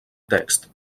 text